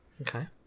okay